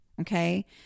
Okay